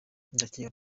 ndakeka